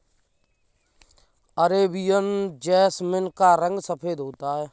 Arabian jasmine का रंग सफेद होता है